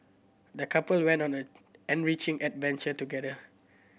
the couple went on an enriching adventure together